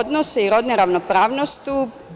odnosa i rodne ravnopravnosti.